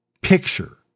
picture